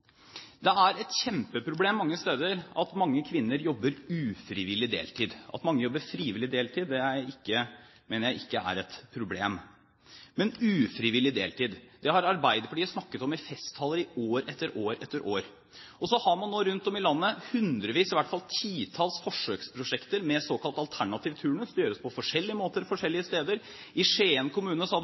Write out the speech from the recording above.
Det er et kjempeproblem mange steder at mange kvinner jobber ufrivillig deltid. At mange jobber frivillig deltid, mener jeg ikke er et problem. Men ufrivillig deltid har Arbeiderpartiet snakket om i festtaler i år etter år, og så har man nå rundt om i landet hundrevis, i hvert fall titalls, forsøksprosjekter med såkalt alternativ turnus. Det gjøres på forskjellige måter forskjellige steder. I Skien kommune